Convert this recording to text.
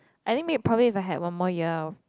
I think m~ probably if I had one more year I'll